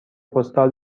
پستال